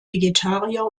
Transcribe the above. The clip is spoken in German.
vegetarier